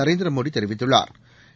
நரேந்திரமோடி தெரிவித்துள்ளாா்